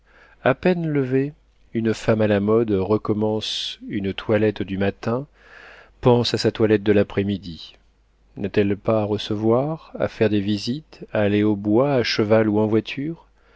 a peine levée une femme à la mode recommence une toilette du matin pense à sa toilette de l'après-midi n'a-t-elle pas à recevoir à faire des visites à aller au bois à cheval ou en voiture